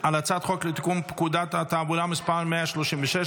על הצעת חוק לתיקון פקודת התעבורה (מס' 136),